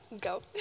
go